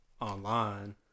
online